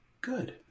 good